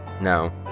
no